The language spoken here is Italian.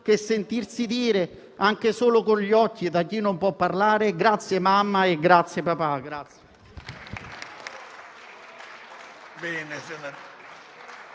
che sentirsi dire, anche solo con gli occhi, da chi non può parlare, "grazie mamma" e "grazie papà".